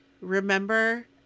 remember